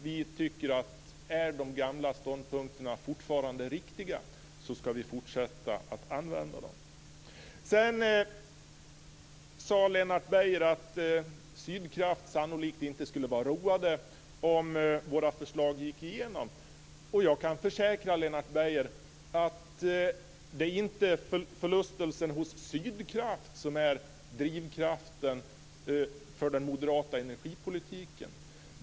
Vi tycker att om de gamla ståndpunkterna fortfarande är riktiga, ska vi fortsätta att använda dem. Sedan sade Lennart Beijer att Sydkraft sannolikt inte skulle vara roade om våra förslag gick igenom. Jag kan försäkra Lennart Beijer att det inte är förlustelser hos Sydkraft som är drivkraften för den moderata energipolitiken.